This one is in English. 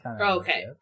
Okay